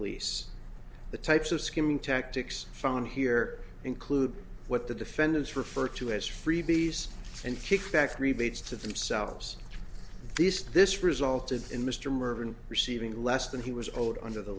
lease the types of skimming tactics found here include what the defendants refer to as freebies and kickbacks rebates to themselves these this resulted in mr mervyn receiving less than he was owed under the